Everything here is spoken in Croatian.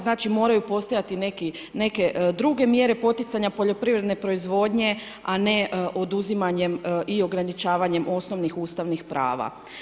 Znači moraju postojati neke druge mjere poticanja, poljoprivredne proizvodnje, a ne oduzimanjem i ograničavanje osnovnih ustavnih prava.